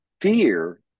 fear